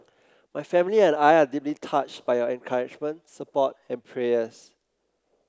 my family and I are deeply touched by your encouragement support and prayers